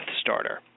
starter